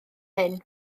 hyn